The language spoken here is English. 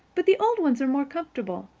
but the old ones are more comfortable.